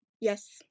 yes